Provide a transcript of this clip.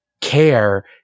care